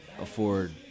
afford